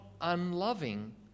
unloving